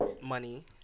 money